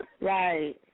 Right